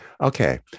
Okay